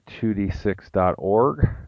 2d6.org